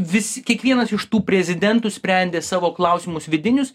visi kiekvienas iš tų prezidentų sprendė savo klausimus vidinius